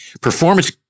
performance